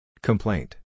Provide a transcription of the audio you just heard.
Complaint